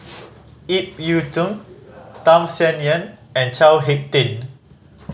Ip Yiu Tung Tham Sien Yen and Chao Hick Tin